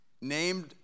named